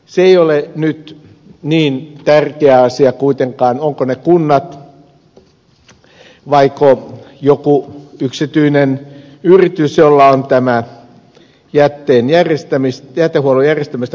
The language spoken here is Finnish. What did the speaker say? se ei ole nyt niin tärkeä asia kuitenkaan ovatko ne kunnat vaiko joku yksityinen yritys jolla on jätehuollon järjestämistä koskeva vastuu